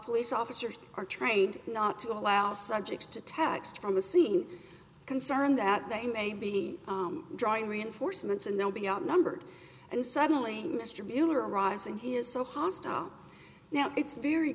police officers are trained not to allow subjects to text from the scene concerned that they may be drawing reinforcements and they'll be outnumbered and suddenly mr mueller arrives and he is so hostile now it's very